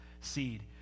seed